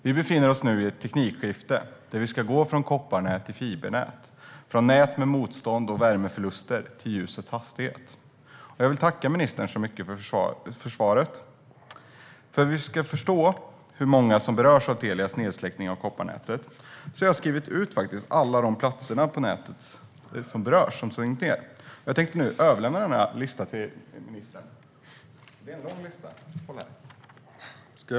Vi befinner oss nu i ett teknikskifte där vi ska gå från kopparnät till fibernät, från nät med motstånd och värmeförluster till ljusets hastighet. Jag vill tacka ministern för svaret. För att vi ska förstå hur många som berörs av Telias nedsläckning av kopparnätet har jag skrivit ut en lista över alla de platser det gäller. Jag tänkte nu överlämna listan till ministern.